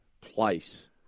place